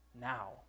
now